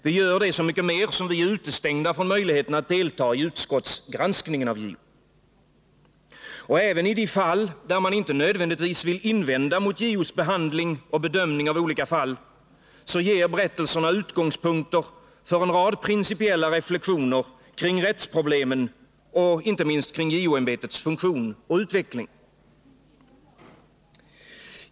Vi gör det så mycket mer som vi är utestängda från möjligheten att delta i utskottsgranskningen av JO. Även i de fall där man inte nödvändigtvis vill invända mot JO:s behandling och bedömning av olika fall ger berättelsen utgångspunkter för en rad principiella reflexioner kring rättsproblemen och inte minst kring JO-ämbetets funktion och utveckling.